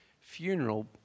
funeral